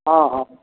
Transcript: हँ हँ